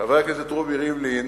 חבר הכנסת רובי ריבלין,